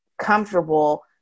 comfortable